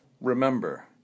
Remember